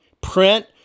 print